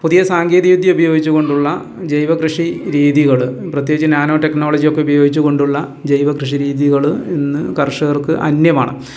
പുതിയ സാങ്കേതിക വിദ്യ ഉപയോഗിച്ചു കൊണ്ടുള്ള ജൈവ കൃഷി രീതികൾ പ്രത്യേകിച്ച് നാനോ ടെക്നോളജിയൊക്കെ ഉപയോഗിച്ച് കൊണ്ടുള്ള ജൈവ കൃഷി രീതികൾ ഇന്ന് കർഷകർക്ക് അന്യമാണ്